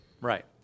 Right